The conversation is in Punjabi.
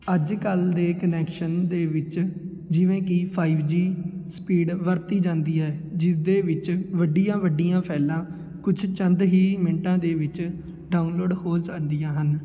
ਅੱਜ ਕੱਲ੍ਹ ਦੇ ਕਨੈਕਸ਼ਨ ਦੇ ਵਿੱਚ ਜਿਵੇਂ ਕਿ ਫਾਈਵ ਜੀ ਸਪੀਡ ਵਰਤੀ ਜਾਂਦੀ ਹੈ ਜਿਸਦੇ ਵਿੱਚ ਵੱਡੀਆਂ ਵੱਡੀਆਂ ਫਾਇਲਾਂ ਕੁਛ ਚੰਦ ਹੀ ਮਿੰਟਾਂ ਦੇ ਵਿੱਚ ਡਾਊਨਲੋਡ ਹੋ ਜਾਂਦੀਆਂ ਹਨ